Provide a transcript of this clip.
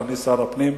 אדוני שר הפנים,